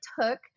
took